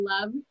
Love